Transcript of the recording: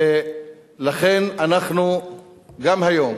ולכן אנחנו גם היום